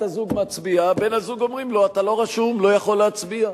בת-הזוג מצביעה ולבן-הזוג אומרים שהוא לא רשום והוא לא יכול להצביע.